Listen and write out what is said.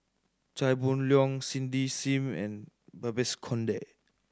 Chia Boon Leong Cindy Sim and Babes Conde